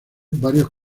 varios